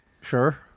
Sure